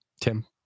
Tim